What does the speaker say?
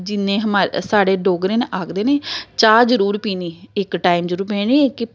जि'न्ने हमारे साढ़े डोगरे न आखदे चाह् जरूर पीनी इक टाइम जरूर पीनी कि